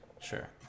sure